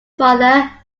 father